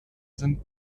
sind